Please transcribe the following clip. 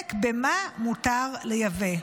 עוסק במה מותר לייבא.